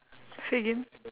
say again